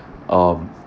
um